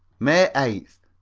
may eighth.